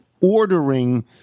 ordering